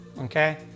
okay